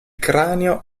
cranio